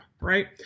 right